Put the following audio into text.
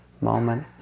moment